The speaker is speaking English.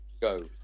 Go